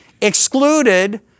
excluded